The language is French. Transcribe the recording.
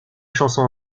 chanson